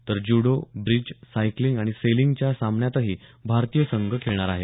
तर judo bridge cycling आणि सेलिंगच्या सामन्यातही भारतीय संघ खेळणार आहे